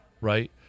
right